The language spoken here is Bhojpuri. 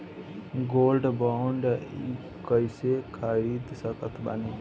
गोल्ड बॉन्ड कईसे खरीद सकत बानी?